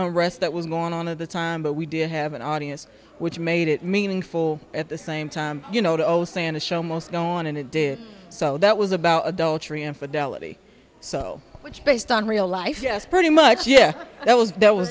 rest that was going on of the time but we did have an audience which made it meaningful at the same time you know dos and a show most go on and it did so that was about adultery infidelity so which based on real life yes pretty much yeah that was that was